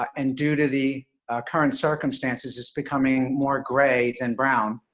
and, due to the current circumstances, is becoming more gray than brown,